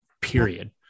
period